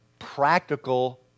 practical